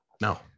No